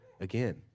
again